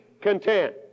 content